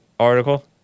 article